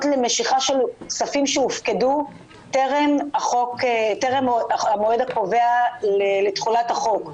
למשיכהשל כספים שהופקדו טרם המועד הקבוע לתחולת החוק.